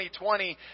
2020